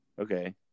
Okay